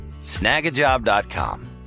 Snagajob.com